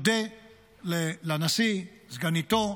יודה לנשיא, לסגניתו,